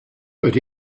but